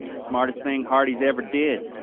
smartest thing hardy's ever did.